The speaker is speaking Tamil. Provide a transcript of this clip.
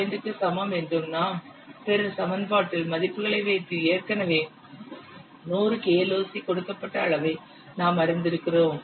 05 க்கு சமம் என்றும் நாம் பெறும் சமன்பாட்டில் மதிப்புகளை வைத்து ஏற்கனவே 100 KLOC கொடுக்கப்பட்ட அளவை நாம் அறிந்திருக்கலாம்